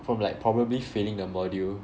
from like probably failing the module